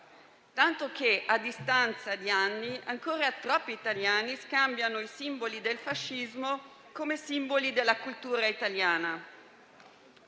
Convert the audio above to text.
tanto che, a distanza di anni, ancora troppi italiani scambiano quelli del fascismo con i simboli della cultura italiana.